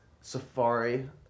Safari